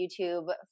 YouTube